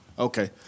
Okay